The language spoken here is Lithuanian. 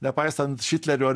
nepaisant šitlerio